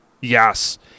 Yes